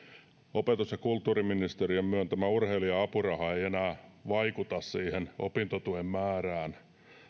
opetus ja kulttuuriministeriön myöntämä urheilija apuraha ei enää vaikuta opintotuen määrään